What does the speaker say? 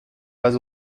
pas